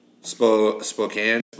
Spokane